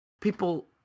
people